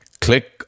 Click